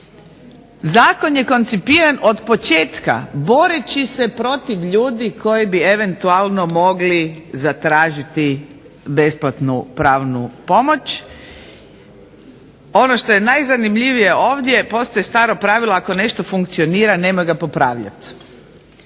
zakon je koncipiran od početka, boreći se protiv ljudi koji bi eventualno mogli zatražiti besplatnu pravnu pomoć. Ono što je najzanimljivije ovdje postoji staro pravilo ako nešto funkcionira nemoj ga popravljati.